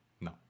no